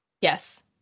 Yes